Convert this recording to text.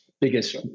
biggest